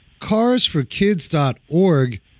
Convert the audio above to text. Carsforkids.org